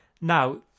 Now